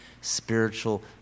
spiritual